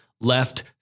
left